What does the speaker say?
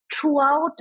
Throughout